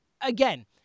again—